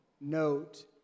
note